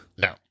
No